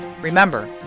Remember